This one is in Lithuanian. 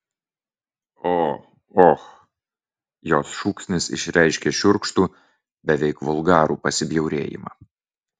o och jos šūksnis išreiškė šiurkštų beveik vulgarų pasibjaurėjimą